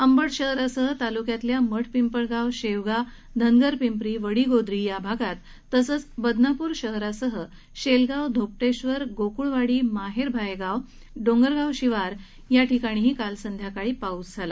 अंबड शहरासह तालुक्यातल्या मठपिंपळगाव शेवगा धनगरपिंप्री वडीगोद्री या भागात तसंच बदनापूर शहरासह शेलगाव धोपटेश्वर गोक्ळवाडी माहेर भायेगाव डोंगरगाव शिवारातही काल संध्याकाळी पाऊस झाला